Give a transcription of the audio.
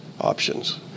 options